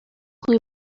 خوبی